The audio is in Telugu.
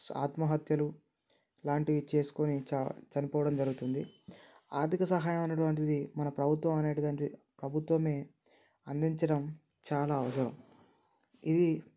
ఆత్మహత్యలు లాంటివి చేసుకొని చ చనిపోవడం జరుగుతుంది ఆర్థిక సహాయం అనేటటువంటిది మన ప్రభుత్వం అనేటటువంటి ప్రభుత్వమే అందించడం చాలా అవసరం ఇది